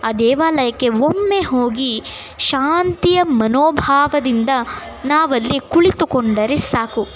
ಆ ದೇವಾಲಯಕ್ಕೆ ಒಮ್ಮೆ ಹೋಗಿ ಶಾಂತಿಯ ಮನೋಭಾವದಿಂದ ನಾವಲ್ಲಿ ಕುಳಿತುಕೊಂಡರೆ ಸಾಕು